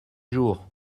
jours